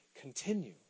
continue